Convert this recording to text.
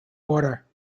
order